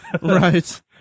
Right